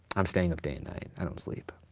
i'm staying up day and night, i don't sleep.